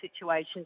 situations